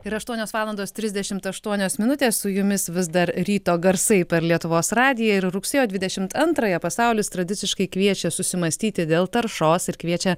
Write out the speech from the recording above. ir aštuonios valandos trisdešimt aštuonios minutės su jumis vis dar ryto garsai per lietuvos radiją ir rugsėjo dvidešimt antrąją pasaulis tradiciškai kviečia susimąstyti dėl taršos ir kviečia